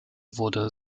wurde